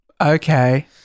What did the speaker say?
Okay